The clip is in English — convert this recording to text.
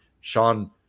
Sean